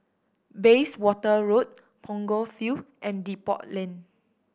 Bayswater Road Punggol Field and Depot Lane